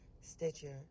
Stitcher